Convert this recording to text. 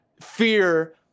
fear